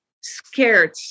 scared